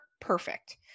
perfect